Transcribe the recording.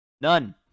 None